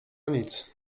nic